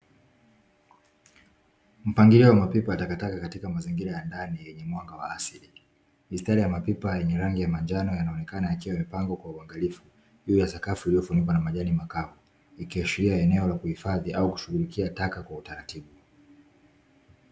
Mpangilio wa mapepo ya takataka katika mazingira ya ndani yenye mwanga hafifu, mapipa yenye rangi ya manjano yanaonekana yakiwa mipango kwa uangalifu huyo ya sakafu iliyofungwa na majani makavu ni kiashiria eneo la kuhifadhi au kushughulikia taka kwa utaratibu.